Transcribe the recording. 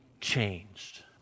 changed